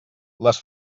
les